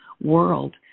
world